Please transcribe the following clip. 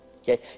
Okay